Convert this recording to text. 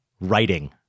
writing